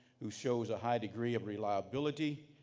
who shows a high degree of reliability,